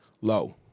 low